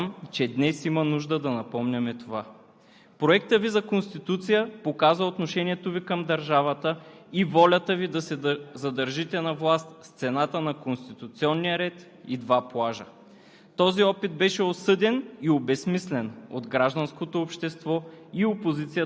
в която другите закони не могат да противоречат на Конституцията. Съжалявам, че днес има нужда да напомняме това. Проектът Ви за Конституция показа отношението Ви към държавата и волята Ви да се задържите на власт с цената на конституционния ред и два плажа.